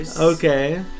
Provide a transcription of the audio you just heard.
Okay